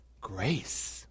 Grace